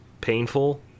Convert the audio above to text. painful